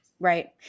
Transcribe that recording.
Right